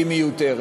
והיא מיותרת.